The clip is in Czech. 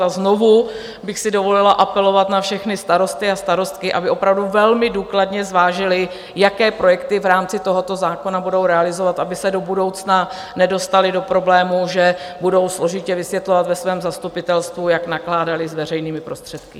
A znovu bych si dovolila apelovat na všechny starosty a starostky, aby opravdu velmi důkladně zvážili, jaké projekty v rámci tohoto zákona budou realizovat, aby se do budoucna nedostali do problémů, že budou složitě vysvětlovat ve svém zastupitelstvu, jak nakládali s veřejnými prostředky.